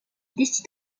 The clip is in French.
décide